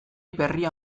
berria